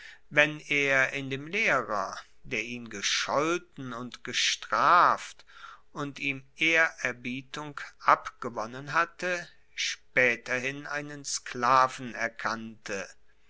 wenn er in dem lehrer der ihn gescholten und gestraft und ihm ehrerbietung abgewonnen hatte spaeterhin einen sklaven erkannte